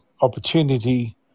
opportunity